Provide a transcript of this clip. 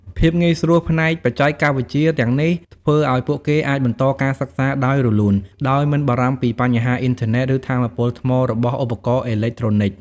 ភាពងាយស្រួលផ្នែកបច្ចេកវិទ្យាទាំងនេះធ្វើឱ្យពួកគេអាចបន្តការសិក្សាដោយរលូន ដោយមិនបារម្ភពីបញ្ហាអ៊ីនធឺណេត ឬថាមពលថ្មរបស់ឧបករណ៍អេឡិចត្រូនិក។